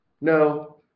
No